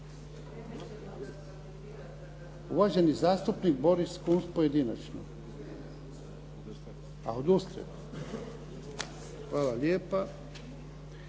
Uvaženi zastupnik Boris Kunst, pojedinačno, a odustao